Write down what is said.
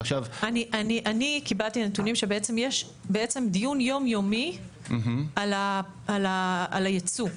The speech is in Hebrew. אני קיבלתי נתונים שבעצם יש דיון יום-יומי על הייצוא.